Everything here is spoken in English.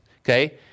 okay